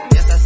Yes